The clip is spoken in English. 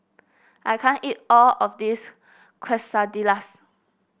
I can't eat all of this Quesadillas